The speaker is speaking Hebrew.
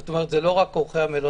זאת אומרת, זה לא רק אורחי המלונות.